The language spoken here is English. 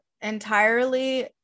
entirely